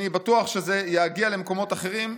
אני בטוח שזה יגיע למקומות אחרים,